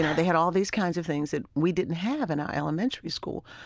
yeah they had all these kinds of things that we didn't have in our elementary school,